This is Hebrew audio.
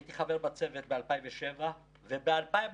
הייתי חבר בצוות ב-2007 וב-2014